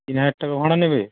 তিন হাজার টাকা ভাড়া নেবে